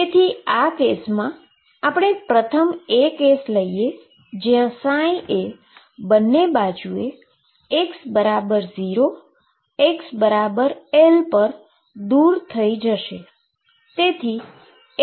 તેથી આ કેસમા આપણે પ્રથમ એ કેસ લઈએ જ્યાં ψ બંને બાજુએ x 0 x L પર દુર થઈ જશે